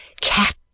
Cat